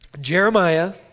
Jeremiah